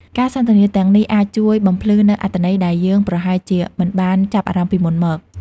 ការសន្ទនាទាំងនេះអាចជួយបំភ្លឺនូវអត្ថន័យដែលយើងប្រហែលជាមិនបានចាប់អារម្មណ៍ពីមុនមក។